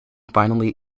finally